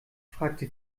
fragte